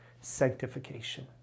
sanctification